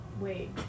wait